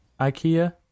Ikea